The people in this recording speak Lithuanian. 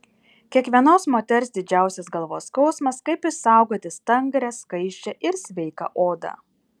kiekvienos moters didžiausias galvos skausmas kaip išsaugoti stangrią skaisčią ir sveiką odą